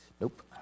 Nope